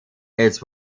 its